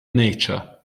nature